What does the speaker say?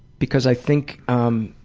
because i think um